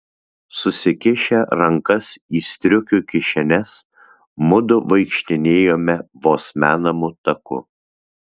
susikišę rankas į striukių kišenes mudu vaikštinėjome vos menamu taku